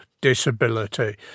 disability